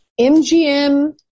MGM